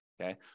okay